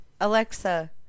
Alexa